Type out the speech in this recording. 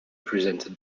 presented